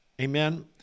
Amen